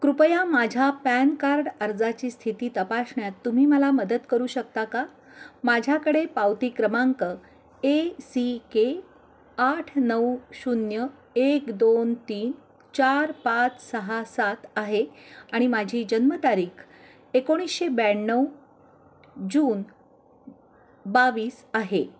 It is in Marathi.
कृपया माझ्या पॅन कार्ड अर्जाची स्थिती तपासण्यात तुम्ही मला मदत करू शकता का माझ्याकडे पावती क्रमांक ए सी के आठ नऊ शून्य एक दोन तीन चार पाच सहा सात आहे आणि माझी जन्मतारीख एकोणीसशे ब्याण्णव जून बावीस आहे